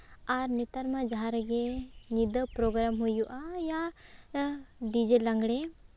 ᱟᱨ ᱱᱮᱛᱟᱨ ᱢᱟ ᱡᱟᱦᱟᱸ ᱨᱮᱜᱮ ᱧᱤᱫᱟᱹ ᱯᱨᱳᱜᱨᱟᱢ ᱦᱩᱭᱩᱜᱼᱟ ᱭᱟ ᱰᱤᱡᱮ ᱞᱟᱜᱽᱬᱮ